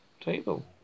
table